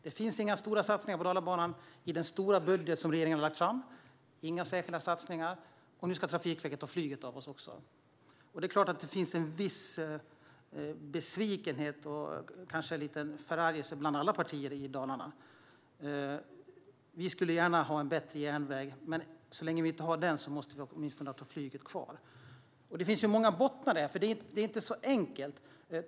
Det finns inga stora satsningar på Dalabanan i den stora budget som regeringen har lagt fram. Det är inga säkra satsningar. Nu ska Trafikverket ta flyget av oss också. Det är klart att det finns en viss besvikelse och kanske en liten förargelse bland alla partier i Dalarna. Vi skulle gärna ha en bättre järnväg, men så länge vi inte har det måste vi åtminstone ha kvar flyget. Det finns många bottnar i detta. Det är inte enkelt.